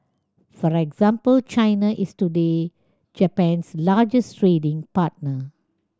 for example China is today Japan's largest trading partner